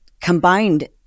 combined